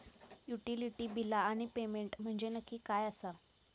Utility बिला आणि payment म्हंजे नक्की काय आसा?